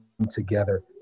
together